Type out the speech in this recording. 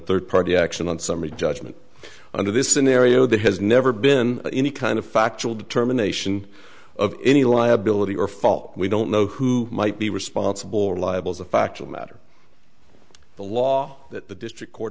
third party action on summary judgment under this scenario that has never been any kind of factual determination of any liability or fault we don't know who might be responsible or liable as a factual matter the law that the district court